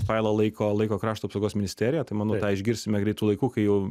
failą laiko laiko krašto apsaugos ministerija tai manau tą išgirsime greitu laiku kai jau